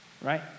right